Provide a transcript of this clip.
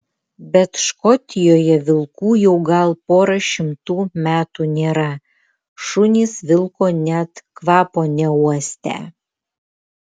bet škotijoje vilkų jau gal pora šimtų metų nėra šunys vilko net kvapo neuostę